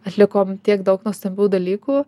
atlikom tiek daug nuostabių dalykų